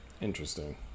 interesting